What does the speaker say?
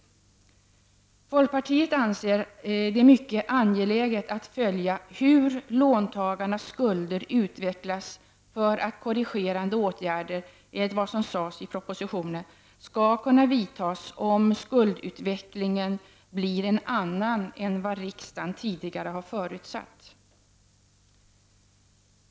Folkpartiet anser att det är mycket angeläget att följa hur låntagarnas skulder utvecklas, för att korrigerande åtgärder, enligt vad som sades i propositionen, skall kunna vidtagas om skuldutvecklingen blir en annan än vad riksdagen tidigare har förutsatt.